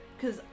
Cause